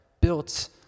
built